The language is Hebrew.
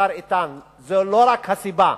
השר איתן, לא רק זו הסיבה.